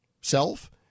self